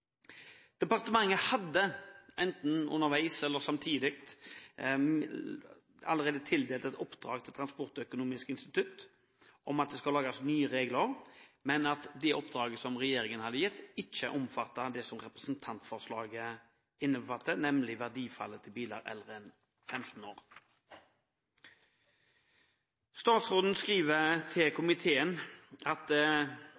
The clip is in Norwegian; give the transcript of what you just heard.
Departementet hadde, enten underveis eller samtidig, allerede tildelt et oppdrag til Transportøkonomisk institutt om å lage nye regler, men det oppdraget regjeringen hadde gitt, omfattet ikke det som representantforslaget innbefatter, nemlig verdifallet på biler eldre enn 15 år. Statsråden skriver til